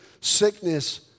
sickness